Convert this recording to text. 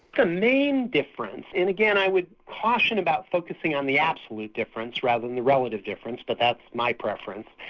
the main difference, and again i would caution about focussing on the absolute difference rather than the relative difference, but that's my preference,